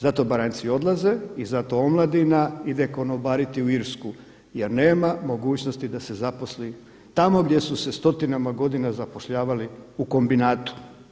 Zato Baranjci odlaze i zato omladina ide konobariti u Irsku jer nema mogućnosti da se zaposli tamo gdje su se stotinama godina zapošljavali u kombinatu.